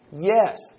Yes